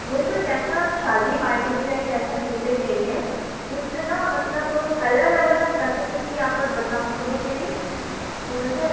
मेरे को एक ऐसा शादी पार्टी के लिए एक ऐसा जूते चाहिए जिस पर न मतलब कलर अगर मैं स्पेसिफ़िक्ली आपको बताऊँ तो वह चाहिए तो मिल जाएगा